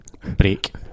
break